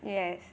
yes